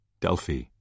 Delphi